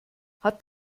hat